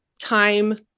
time